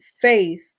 faith